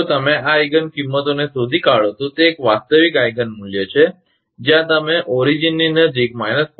જો તમે આ આઈગન કિંમતોને શોધી કાઢો તો તે એક વાસ્તવિક આઇગન મૂલ્ય છે જ્યાં તમે મૂળની નજીક 0